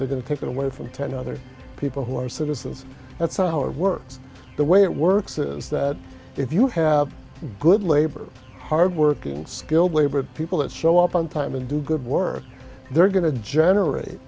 they're going to take it away from ten other people who are citizens that's our works the way it works is that if you have good labor hard working skilled labor people that show up on time and do good work they're going to generate